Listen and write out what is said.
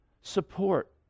support